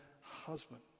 husband